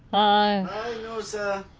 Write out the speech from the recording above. ah hi nosa!